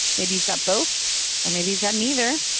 maybe you've got both or maybe you've got neither.